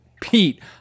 pete